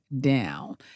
down